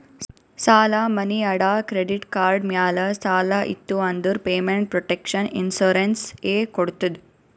ಸಾಲಾ, ಮನಿ ಅಡಾ, ಕ್ರೆಡಿಟ್ ಕಾರ್ಡ್ ಮ್ಯಾಲ ಸಾಲ ಇತ್ತು ಅಂದುರ್ ಪೇಮೆಂಟ್ ಪ್ರೊಟೆಕ್ಷನ್ ಇನ್ಸೂರೆನ್ಸ್ ಎ ಕೊಡ್ತುದ್